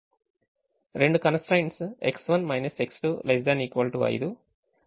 రెండు constraints X1 X2 ≤ 5 4X1 0X2 ≤ 24